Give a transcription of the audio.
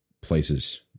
places